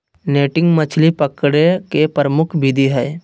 netting मछली पकडे के प्रमुख विधि हइ